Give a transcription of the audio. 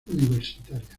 universitaria